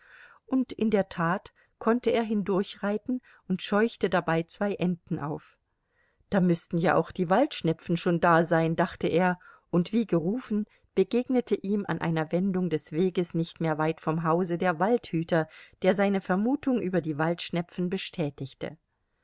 und in der tat konnte er hindurchreiten und scheuchte dabei zwei enten auf da müßten ja auch die waldschnepfen schon da sein dachte er und wie gerufen begegnete ihm an einer wendung des weges nicht mehr weit vom hause der waldhüter der seine vermutung über die waldschnepfen bestätigte